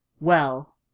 Well